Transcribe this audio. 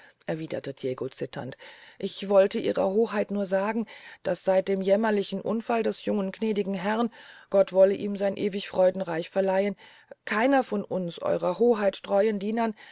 erwiederte diego zitternd ich wollte ihrer hoheit nur sagen daß seit dem jämmerlichen unfall des jungen gnädigen herrn gott wolle ihm sein ewig freudenreich verleihen keiner von uns ihrer hoheit treuen dienern